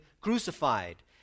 crucified